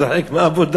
זה חלק מהעבודה,